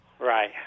Right